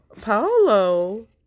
Paolo